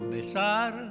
Besar